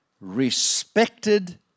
respected